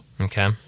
Okay